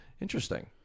Interesting